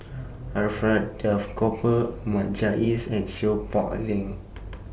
Alfred Duff Cooper Ahmad Jais and Seow Peck A Leng